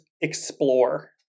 Explore